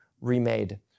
remade